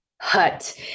hut